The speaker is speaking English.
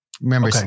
Remember